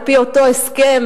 על-פי אותו הסכם,